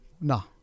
no